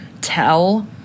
tell